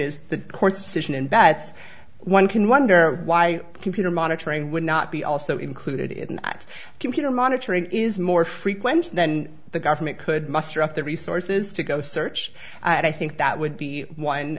is the court's decision and bets one can wonder why computer monitoring would not be also included in that computer monitoring is more frequent then the government could muster up the resources to go search and i think that would be